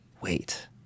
wait